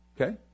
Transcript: Okay